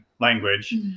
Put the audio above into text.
language